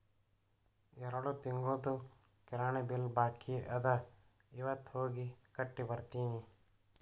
ಎರಡು ತಿಂಗುಳ್ದು ಕಿರಾಣಿ ಬಿಲ್ ಬಾಕಿ ಅದ ಇವತ್ ಹೋಗಿ ಕಟ್ಟಿ ಬರ್ತಿನಿ